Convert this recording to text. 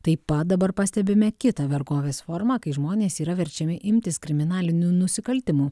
taip pat dabar pastebime kitą vergovės formą kai žmonės yra verčiami imtis kriminalinių nusikaltimų